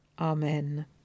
Amen